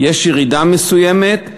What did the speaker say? יש ירידה מסוימת.